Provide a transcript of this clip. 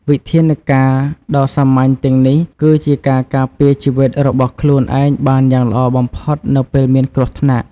វិធានការណ៍ដ៏សាមញ្ញទាំងនេះគឺជាការការពារជីវិតរបស់ខ្លួនឯងបានយ៉ាងល្អបំផុតនៅពេលមានគ្រោះថ្នាក់។